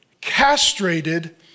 castrated